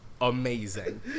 amazing